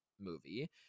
movie